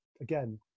again